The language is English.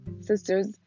sisters